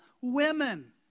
women